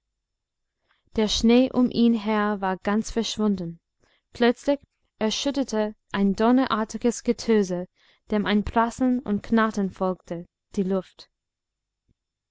der schnee um ihn her war ganz verschwunden plötzlich erschütterte ein donnerartiges getöse dem ein prasseln und knattern folgte die luft